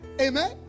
Amen